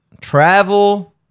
Travel